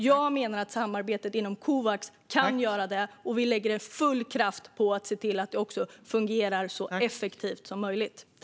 Jag menar att samarbetet inom Covax kan göra detta. Vi lägger full kraft på att se till att det fungerar så effektivt som möjligt.